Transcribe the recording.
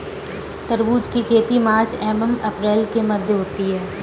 तरबूज की खेती मार्च एंव अप्रैल के मध्य होती है